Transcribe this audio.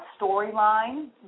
storyline